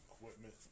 equipment